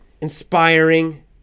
inspiring